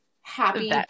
happy